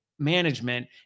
management